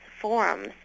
forums